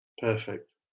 Perfect